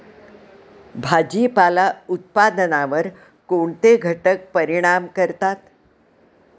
भाजीपाला उत्पादनावर कोणते घटक परिणाम करतात?